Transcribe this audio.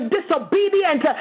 Disobedient